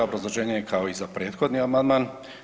Obrazloženje je kao i za prethodni amandman.